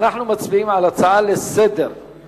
אנחנו מצביעים על הצעה לסדר-היום,